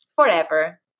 forever